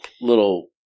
little